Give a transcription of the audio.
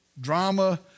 drama